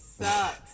sucks